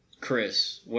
Chris